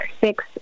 six